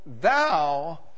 thou